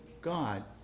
God